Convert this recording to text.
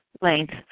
length